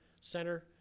Center